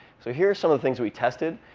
so here are some of the things we tested.